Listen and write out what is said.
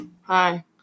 Hi